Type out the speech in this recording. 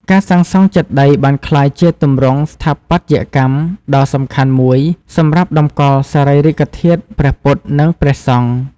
ការសាងសង់ចេតិយបានក្លាយជាទម្រង់ស្ថាបត្យកម្មដ៏សំខាន់មួយសម្រាប់តម្កល់សារីរិកធាតុព្រះពុទ្ធ និងព្រះសង្ឃ។